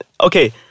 Okay